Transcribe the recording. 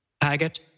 Paget